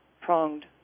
pronged